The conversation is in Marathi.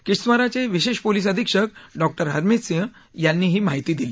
किश्तवाराचे विशेष पोलीस अधिक्षक डॉक्टर हरमीत सिंह यांनी ही माहिती दिली